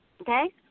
Okay